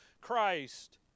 Christ